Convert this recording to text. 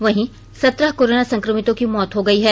वहीं सत्रह कोरोना संकमितों की मौत हो गई है